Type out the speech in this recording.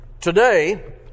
Today